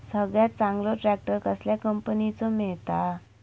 सगळ्यात चांगलो ट्रॅक्टर कसल्या कंपनीचो मिळता?